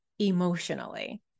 emotionally